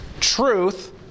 truth